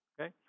Okay